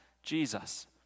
Jesus